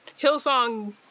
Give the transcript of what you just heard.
hillsong